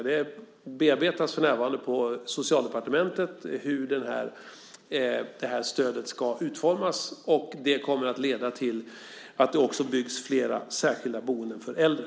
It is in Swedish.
Det bearbetas för närvarande på Socialdepartementet hur det här stödet ska utformas. Det kommer att leda till att det också byggs flera särskilda boenden för äldre.